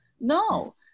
no